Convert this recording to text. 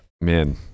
Man